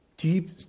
Deep